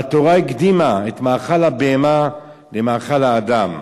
והתורה הקדימה את מאכל הבהמה למאכל האדם.